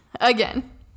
again